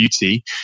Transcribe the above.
beauty